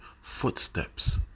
footsteps